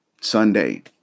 Sunday